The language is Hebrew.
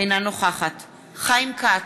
אינה נוכחת חיים כץ,